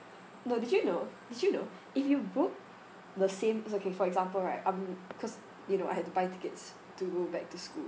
no did you know did you know if you book the same it's okay for example right um because you know I had to buy tickets to go back to school